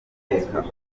iteka